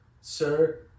Sir